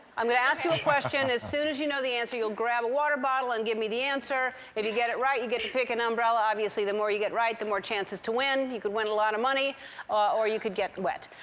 i'm going to ask you a question. as soon as you know the answer, you'll grab a water bottle and give me the answer. if you get it right, you get to pick an umbrella. obviously, the more you get right, the more chances to win. you could win a lot of money or you could get wet.